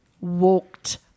walked